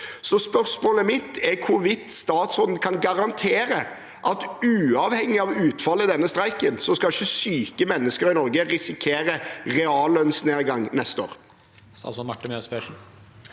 Spørsmålet mitt er hvorvidt statsråden kan garantere at uavhengig av utfallet i denne streiken skal ikke syke mennesker i Norge risikere reallønnsnedgang neste år.